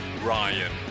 Ryan